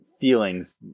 feelings